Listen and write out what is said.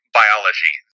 biology